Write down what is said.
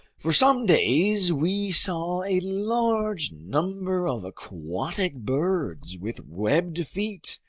for some days we saw a large number of aquatic birds with webbed feet,